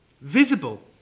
visible